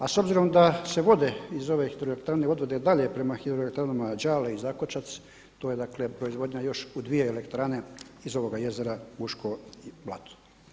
A s obzirom da se vode iz ove hidroelektrane odvode dalje prema hidroelektranama Đale i Zakočac, to je dakle proizvodnja još u dvije elektrane iz ovoga jezera Buško blato.